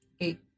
eight